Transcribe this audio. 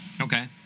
Okay